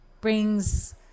brings